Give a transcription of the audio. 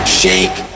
shake